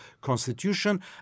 constitution